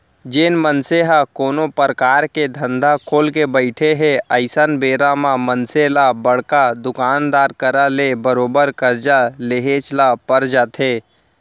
जेन मनसे ह कोनो परकार के धंधा खोलके बइठे हे अइसन बेरा म मनसे ल बड़का दुकानदार करा ले बरोबर करजा लेहेच ल पर जाथे